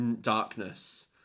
darkness